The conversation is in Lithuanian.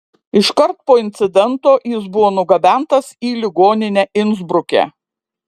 iškart po incidento jis buvo nugabentas į ligoninę insbruke